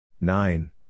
nine